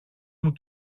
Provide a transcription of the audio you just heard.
μου